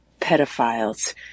pedophiles